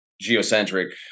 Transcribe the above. geocentric